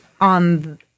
on